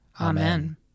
Amen